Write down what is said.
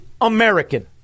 American